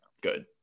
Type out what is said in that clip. good